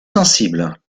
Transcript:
sensibles